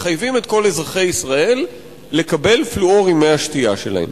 מחייבים את כל אזרחי ישראל לקבל פלואור עם מי השתייה שלהם.